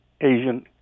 Asian